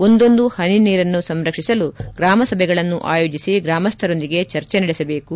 ಒಂದೊಂದು ಪನಿ ನೀರನ್ನು ಸಂರಕ್ಷಿಸಲು ಗ್ರಾಮ ಸಭೆಗಳನ್ನು ಆಯೋಜಿಸಿ ಗ್ರಾಮಸ್ಥರೊಂದಿಗೆ ಚರ್ಚೆ ನಡೆಸಬೇಕು